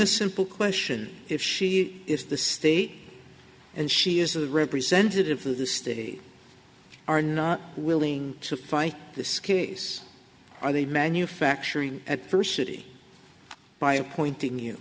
a simple question if she is the state and she is the representative of this they are not willing to fight this case on the manufacturing and first city by appointing